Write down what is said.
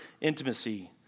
intimacy